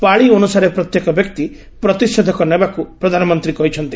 ପାଳି ଅନୁସାରେ ପ୍ରତ୍ୟେକ ବ୍ୟକ୍ତି ପ୍ରତିଷେଧକ ନେବାକୁ ପ୍ରଧାନମନ୍ତ୍ରୀ କହିଛନ୍ତି